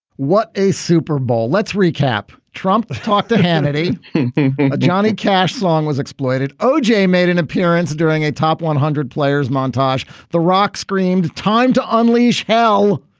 what a super bowl. let's recap. trump talked to hannity and ah johnny cash song was exploited. o j. made an appearance during a top one hundred players montage. the rock screamed. time to unleash hell.